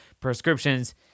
prescriptions